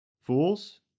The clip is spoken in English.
fools